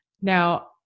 Now